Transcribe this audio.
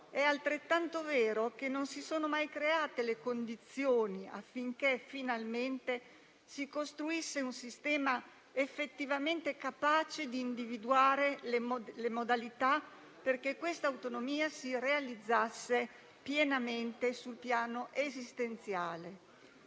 è altrettanto vero che non si sono mai create le condizioni affinché finalmente si costruisse un sistema effettivamente capace di individuare le modalità perché questa autonomia si realizzasse pienamente sul piano esistenziale.